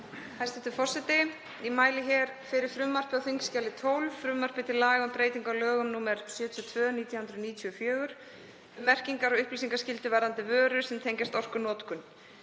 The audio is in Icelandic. Hæstv. forseti. Ég mæli hér fyrir frumvarpi á þskj. 12, frumvarpi til laga um breytingu á lögum nr. 72/1994, um merkingar og upplýsingaskyldu varðandi vörur sem tengjast orkunotkun.